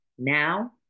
Now